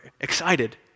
excited